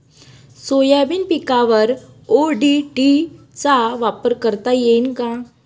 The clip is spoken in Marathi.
सोयाबीन पिकावर ओ.डी.टी चा वापर करता येईन का?